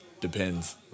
Depends